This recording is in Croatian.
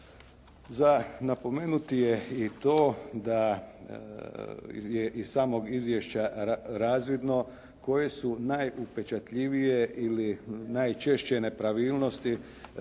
Za napomenuti je i to da je iz samog izvješća razvidno koje su najupečatljivije ili najčešće nepravilnosti